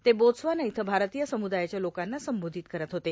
ते बोत्सवाना इथं भारतीय सम्रदायाच्या लोकांना संबोधित करत होते